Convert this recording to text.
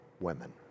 women